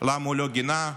למה הוא לא גינה?